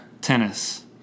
Tennis